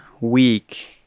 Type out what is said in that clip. week